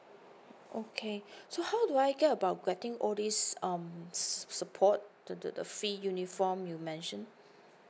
okay so how do I get about getting all this um support the the the free uniform you mention